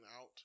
out